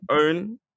Own